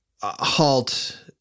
Halt